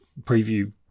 preview